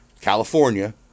California